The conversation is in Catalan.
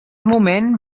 moment